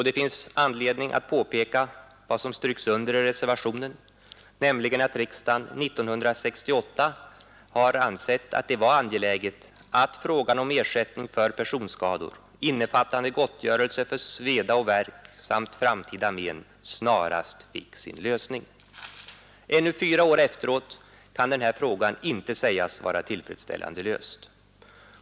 Det finns anledning att påpeka vad som understryks i reservationen 8, nämligen att riksdagen 1968 har ansett att det var angeläget att frågan om ersättning för personskador, innefattande gottgörelse för sveda och värk samt framtida men, snarast fick sin lösning. Ännu fyra år efteråt kan den här frågan inte sägas vara tillfredsställande löst.